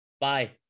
bye